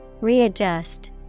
Readjust